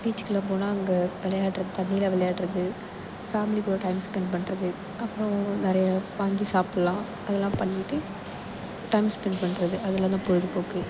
பீச்சுக்கெல்லாம் போனால் அங்கே விளையாட்றது தண்ணியில் விளையாட்றது ஃபேமிலி கூட டைம் ஸ்பென்ட் பண்ணுறது அப்புறோம் நிறைய வாங்கி சாப்பிட்லாம் அதெல்லாம் பண்ணிகிட்டு டைம் ஸ்பென்ட் பண்ணுறது அதெல்லாம் தான் பொழுதுபோக்கு